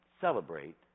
celebrate